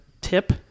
tip